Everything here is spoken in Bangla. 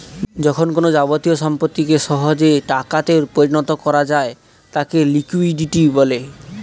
যখন কোনো যাবতীয় সম্পত্তিকে সহজে টাকাতে পরিণত করা যায় তাকে লিকুইডিটি বলে